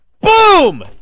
Boom